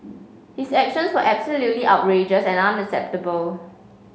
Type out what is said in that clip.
his actions were absolutely outrageous and unacceptable